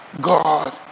God